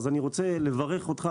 אז אני רוצה לברך אותך,